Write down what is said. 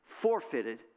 forfeited